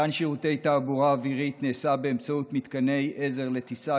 מתן שירותי תעבורה אווירית נעשה באמצעות מתקני עזר לטיסה,